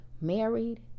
married